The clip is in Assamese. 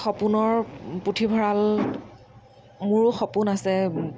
সপোনৰ পুথিভঁৰাল মোৰো সপোন আছে